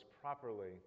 properly